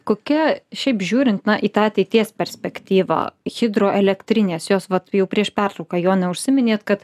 kokia šiaip žiūrint na į tą ateities perspektyvą hidroelektrinės jos vat jau prieš pertrauką jone užsiminėt kad